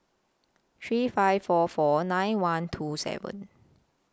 three five four four nine one two seven